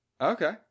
Okay